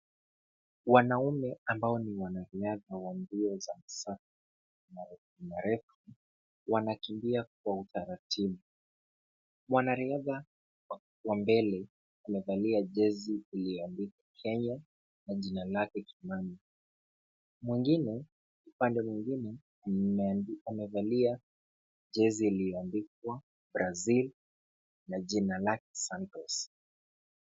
Wanaume ambao ni wanariadha wa mbio za masafa marefu marefu, wanakimbia kwa utaratibu. Mwanariadha wa mbele, amevalia jezi iliyoandikwa Kenya na jina lake Kimani. Mwingine upande mwingine, amevalia jezi liliandika Brazil na jina lake Santos.